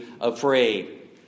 afraid